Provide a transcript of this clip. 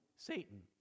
Satan